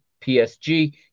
PSG